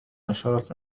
اشارة